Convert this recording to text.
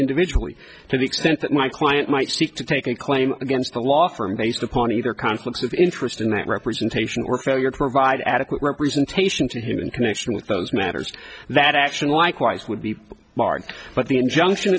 individually to the extent that my client might seek to take a claim against the law firm based upon either conflicts of interest and that representation or failure to provide adequate representation to him in connection with those matters that action likewise would be barred but the injunction